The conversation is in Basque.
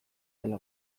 dela